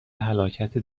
هلاکت